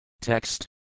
Text